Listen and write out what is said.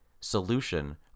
solution